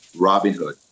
Robinhood